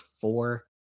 four